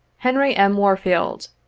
henry m. warfield,